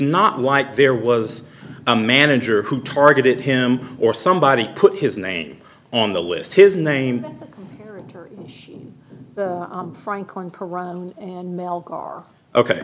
not like there was a manager who targeted him or somebody put his name on the list his name franklin